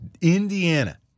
Indiana